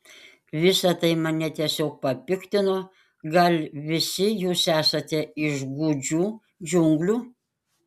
visa tai mane tiesiog papiktino gal visi jūs esate iš gūdžių džiunglių